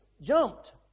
jumped